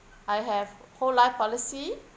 I have whole life policy